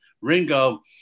Ringo